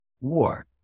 war